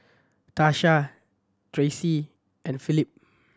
Tasha Tracie and Philip